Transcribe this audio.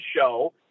show